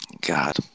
God